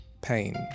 pain